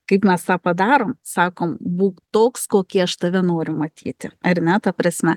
kaip mes tą padarom sakom būk toks kokį aš tave noriu matyti ar ne ta prasme